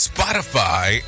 Spotify